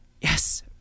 yes